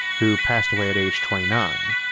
who passed away at age twenty nine,